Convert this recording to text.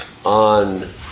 on